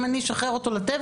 אם אני אשחרר אותו לטבע,